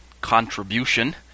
Contribution